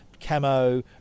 camo